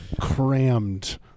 crammed